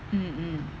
mm mm